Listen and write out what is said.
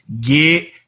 get